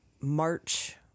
March